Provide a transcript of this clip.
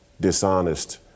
dishonest